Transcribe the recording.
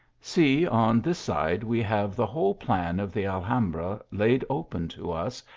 see, on this side we have the whole plan of the alhambra laid open to us,